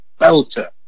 belter